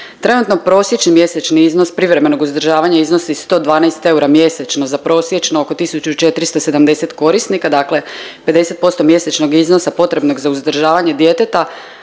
Trenutni prosječni mjesečni iznos privremenog uzdržavanja iznosi 112 eura mjesečno za prosječno oko 1470 korisnika, dakle 50% mjesečnog iznosa potrebnog za uzdržavanje djeteta,